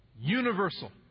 universal